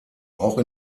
auch